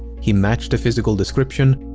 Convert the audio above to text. he matched the physical description.